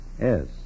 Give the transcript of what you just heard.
Yes